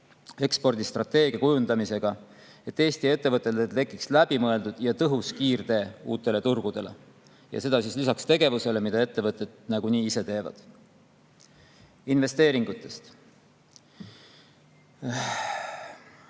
ekspordistrateegia kujundamisega, et Eesti ettevõtetel tekiks läbimõeldud ja tõhus kiirtee uutele turgudele, ja seda lisaks tegevusele, mida ettevõtted nagunii ise teevad. Investeeringutest.